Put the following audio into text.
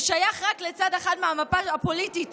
הוא שייך רק לצד אחד מהמפה הפוליטית